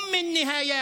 אם הראשית,